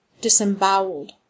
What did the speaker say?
disemboweled